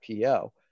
PO